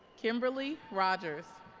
kimberly rogers